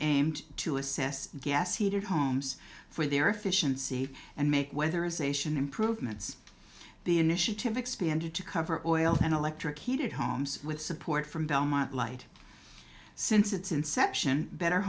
aimed to assess gas heated homes for their efficiency and make weather ization improvements the initiative expanded to cover oil and electric heated homes with support from belmont light since its inception better